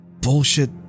bullshit